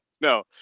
no